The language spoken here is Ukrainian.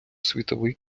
світовий